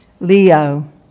Leo